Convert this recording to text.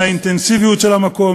מהאינטנסיביות של המקום,